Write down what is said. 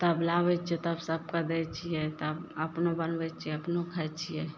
तब लाबय छियै तब सबके दै छियै तब अपनो बनबय छियै अपनो खाइ छियै